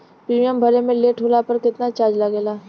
Premium भरे मे late होला पर केतना चार्ज लागेला?